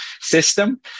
system